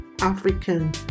African